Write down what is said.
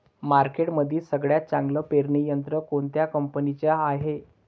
मार्केटमंदी सगळ्यात चांगलं पेरणी यंत्र कोनत्या कंपनीचं हाये?